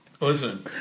Listen